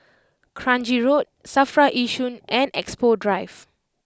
Kranji Road Safra Yishun and Expo Drive